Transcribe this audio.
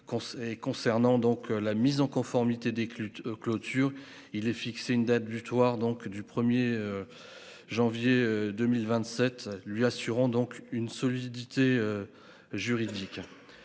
concernant donc la mise en conformité des clôtures. Il est fixé une date butoir, donc du 1er. Janvier 2027, lui assurant donc une solidité. Juridique.